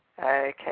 Okay